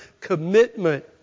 commitment